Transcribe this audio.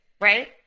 right